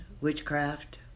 witchcraft